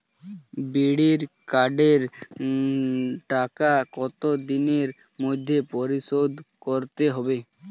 বিড়ির কার্ডের টাকা কত দিনের মধ্যে পরিশোধ করতে হবে?